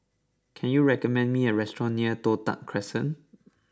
can you recommend me a restaurant near Toh Tuck Crescent